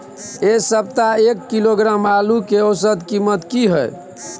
ऐ सप्ताह एक किलोग्राम आलू के औसत कीमत कि हय?